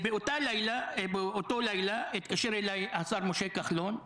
באותו לילה התקשר אליי השר משה כחלון,